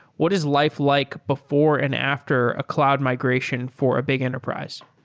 what is life like before and after a cloud migration for a big enterprise?